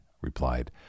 replied